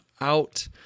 out